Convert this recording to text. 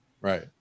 Right